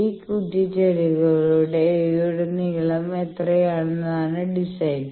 ഈ കുറ്റിച്ചെടികളുടെ നീളം എത്രയെന്നതാണ് ഡിസൈൻ